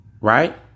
Right